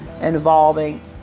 involving